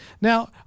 Now